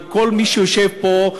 וכל מי שיושב פה,